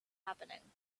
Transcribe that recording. happening